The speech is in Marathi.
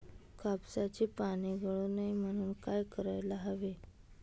कापसाची पाने गळू नये म्हणून काय करायला हवे?